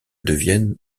deviennent